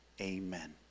amen